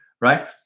right